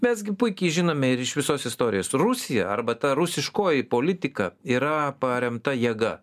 mes gi puikiai žinome ir iš visos istorijos rusija arba ta rusiškoji politika yra paremta jėga